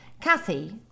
Kathy